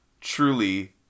truly